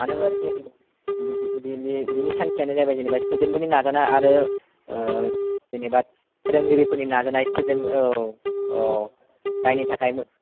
मानो होनबा बिदि बिनि बिनि थांखियानो जाबाय जेनोबा स्तुदेन्ट फोरनि नाजानाय आरो जेनोबा फोरोंगिरि फोरनि नाजानाय स्तुदेन्ट औ औ जायनि थाखाय